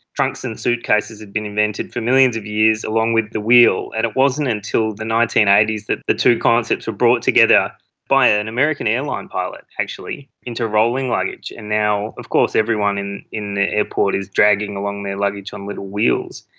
trunks and suitcases had been invented for millions of years along with the wheel, and it wasn't until the nineteen eighty s that the two concepts were brought together by an american airline pilot actually into rolling luggage. and now of course everyone in in the airport is dragging along their luggage on little wheels.